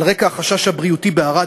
על רקע החשש הבריאותי בערד,